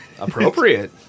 Appropriate